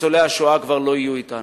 ניצולי השואה כבר לא יהיו אתנו,